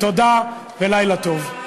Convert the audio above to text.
תודה ולילה טוב.